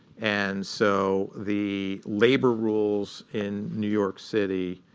and so the labor rules in new york city,